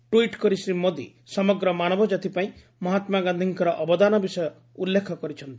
tweet କରି ଶ୍ରୀ ମୋଦି ସମଗ୍ର ମାନବଜାତି ପାଇଁ ମହାତ୍ମାଗାନ୍ଧିଙ୍କର ଅବଦାନ ବିଷୟ ଉଲ୍ଲେଖ କରିଛନ୍ତି